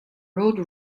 rode